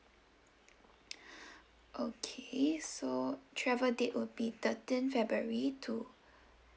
okay so travel date will be thirteen february to